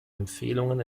empfehlungen